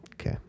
Okay